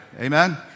Amen